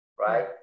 right